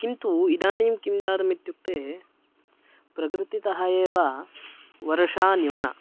किन्तु इदानीं किं जातमित्युक्ते प्रकृतितः एव वर्षा न्यूना